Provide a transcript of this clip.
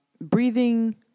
breathing